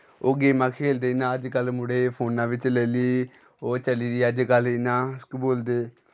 ओह् गेमां खेलदे जि'यां अजकल्ल मुड़े फोनां बिच्च ओह् चली दी अजकल्ल जि'यां केह् बोलदे